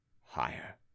higher